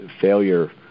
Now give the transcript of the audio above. Failure